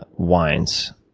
wines?